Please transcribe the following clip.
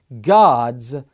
God's